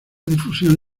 difusión